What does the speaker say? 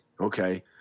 Okay